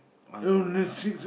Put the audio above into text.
I got